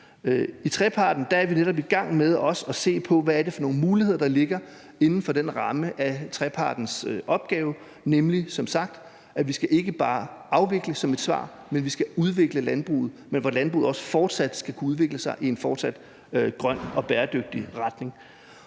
I treparten er vi netop i gang med også at se på, hvad det er for nogle muligheder, der ligger inden for den ramme af trepartens opgave, nemlig at vi som et svar som sagt ikke bare skal afvikle, men at vi skal udvikle landbruget, og hvor landbruget også fortsat skal kunne udvikle sig i en fortsat grøn og bæredygtig retning.